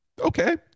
okay